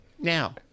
Now